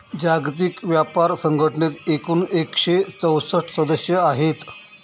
जागतिक व्यापार संघटनेत एकूण एकशे चौसष्ट सदस्य आहेत